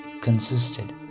consisted